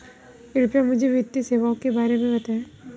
कृपया मुझे वित्तीय सेवाओं के बारे में बताएँ?